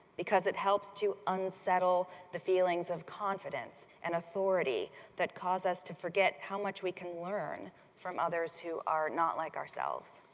because it helps to unsettle the feelings of confidence and authority that cause us to forget how much we can learn from others who are not like ourselves.